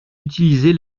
utilisez